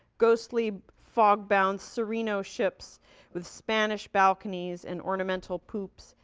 ghostly, fog-bound cereno ships with spanish balconies and ornamental poops,